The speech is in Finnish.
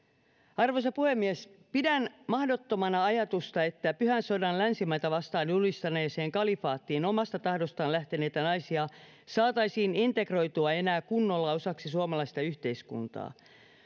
arvoisa puhemies pidän mahdottomana ajatusta että pyhän sodan länsimaita vastaan julistaneeseen kalifaattiin omasta tahdostaan lähteneitä naisia saataisiin integroitua enää kunnolla osaksi suomalaista yhteiskuntaa